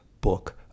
book